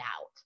out